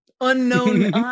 unknown